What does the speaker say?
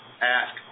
ask